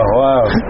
wow